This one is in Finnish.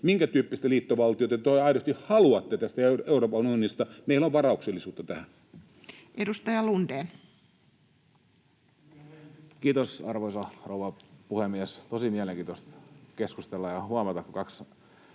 minkä tyyppistä liittovaltiota te aidosti haluatte tästä Euroopan unionista. Meillä on varauksellisuutta tähän. Edustaja Kiljunen, mikrofoni. Edustaja Lundén. Kiitos, arvoisa rouva puhemies! Tosi mielenkiintoista keskustella ja huomata, kun kaksi